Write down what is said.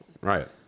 Right